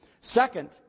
Second